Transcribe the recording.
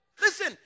Listen